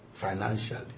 financially